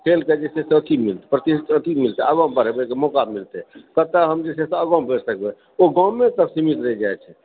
खेलके जे छै से एथी मिलतै प्रतिभा मिलतै आगाँ बढ़बैके मौका मिलतै कतऽ हम जे छै से आगाँ बढ़बै ओ गामे तक सिमित रहि जाइ छै